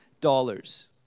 dollars